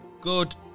good